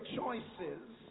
choices